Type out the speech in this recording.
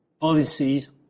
policies